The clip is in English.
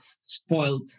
spoiled